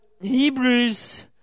Hebrews